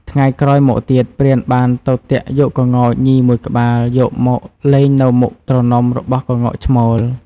ថ្ងៃក្រោយមកទៀតព្រានបានទៅទាក់យកក្ងោកញីមួយក្បាលយកមកលែងនៅមុខទ្រនំរបស់ក្ងោកឈ្មោល។